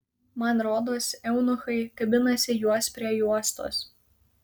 man rodos eunuchai kabinasi juos prie juostos